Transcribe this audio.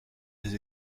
des